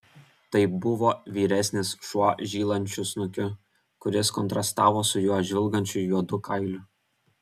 tai buvo vyresnis šuo žylančiu snukiu kuris kontrastavo su jo žvilgančiu juodu kailiu